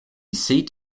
seat